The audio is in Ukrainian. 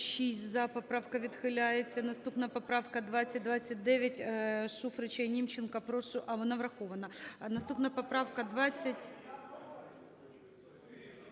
За-6 Поправка відхиляється. Наступна поправка 2029 Шуфрича і Німченка. Прошу… А, вона врахована. Наступна поправка…